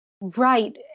right